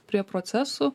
prie procesų